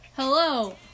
hello